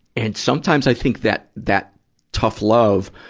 and sometimes i think that, that tough love,